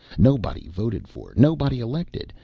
nobody voted for, nobody elected,